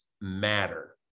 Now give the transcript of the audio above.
matter